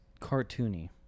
cartoony